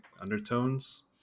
undertones